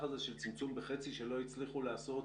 הזה של צמצום בחצי שלא הצליחו לעשות